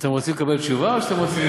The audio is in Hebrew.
אתם רוצים לקבל תשובה או שאתם רוצים